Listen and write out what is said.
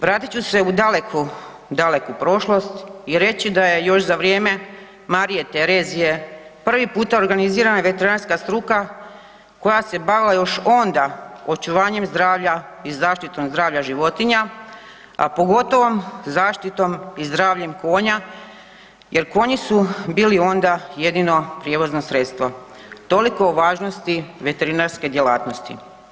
Vratit ću se u daleku, daleku prošlost i reći da je još za vrijeme Marije Terezije prvi puta organizirana veterinarska struka koja se bavila još onda očuvanjem zdravlja i zaštitom zdravlja životinja, a pogotovo zaštitom i zdravljem konja jel konji su bili onda jedino prijevozno sredstvo, toliko o važnosti veterinarske djelatnosti.